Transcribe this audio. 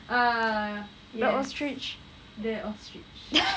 ah yes the ostrich